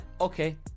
Okay